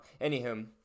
anywho